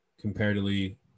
comparatively